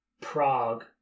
Prague